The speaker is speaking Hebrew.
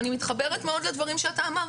ואני מתחברת מאוד לדברים שאתה אמרת,